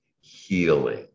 healing